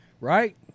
Right